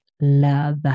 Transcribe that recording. love